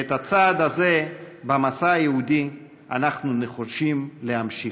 ואת הצעד הזה במסע היהודי אנחנו נחושים להמשיך.